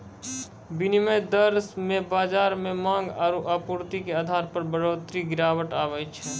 विनिमय दर मे बाजार मे मांग आरू आपूर्ति के आधार पर बढ़ोतरी गिरावट आवै छै